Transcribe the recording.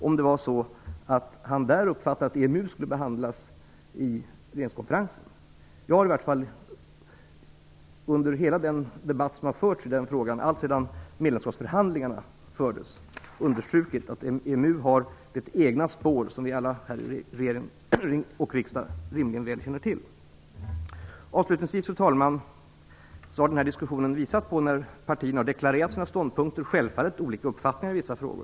Var det så att han då uppfattade att frågan om EMU skulle behandlas under regeringskonferensen? Jag har i vart fall under hela den debatt som förts i frågan, alltsedan medlemskapsförhandlingarna fördes, understrukit att EMU har det egna spår som vi alla i regeringen och här i riksdagen rimligen väl känner till. Fru talman! Den här diskussionen har visat att när partierna deklarerar sina ståndpunkter har de självfallet olika uppfattningar i vissa frågor.